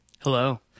Hello